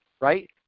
right